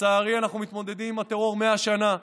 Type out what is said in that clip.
לצערי אנחנו מתמודדים עם הטרור 100 שנה.